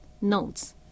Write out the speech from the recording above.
notes